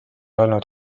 olnud